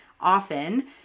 often